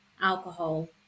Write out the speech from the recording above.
alcohol